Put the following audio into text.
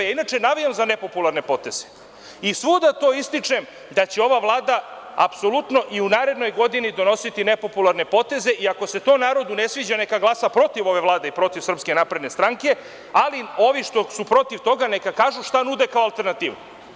Inače, navijam za nepopularne poteze i svuda ističem da će ova Vlada apsolutno i u narednoj godini donositi nepopularne poteze i ako se to narodu ne sviđa, neka glasa protiv ove Vlade i protiv SNS, ali ovi što su protiv toga neka kažu šta nude kao alternativu.